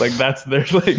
like that's literally